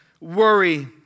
worry